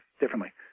differently